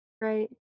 Right